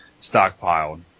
stockpiled